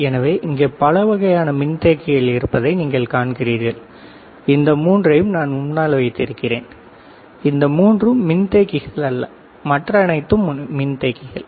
எனவே இங்கே பல வகையான மின்தேக்கிகள் இருப்பதை நீங்கள் காண்கிறீர்கள் இந்த மூன்றையும் நான் முன்னால் வைத்திருக்கிறேன் இந்த மூன்றும் மின்தேக்கிகள் அல்ல மற்ற அனைத்தும் மின்தேக்கிகள்